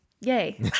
yay